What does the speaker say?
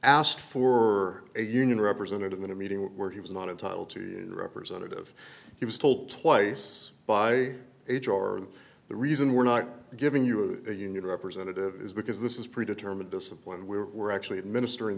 asked for a union representative in a meeting where he was not entitled to a representative he was told twice by age or the reason we're not giving you a union representative is because this is pre determined discipline where we're actually administering